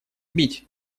бить